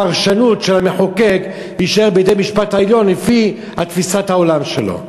הפרשנות של המחוקק תישאר בידי בית-המשפט העליון לפי תפיסת העולם שלו.